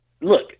look